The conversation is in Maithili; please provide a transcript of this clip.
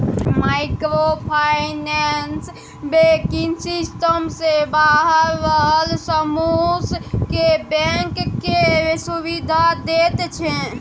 माइक्रो फाइनेंस बैंकिंग सिस्टम सँ बाहर रहल समुह केँ बैंक केर सुविधा दैत छै